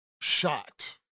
shot